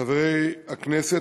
חברי הכנסת,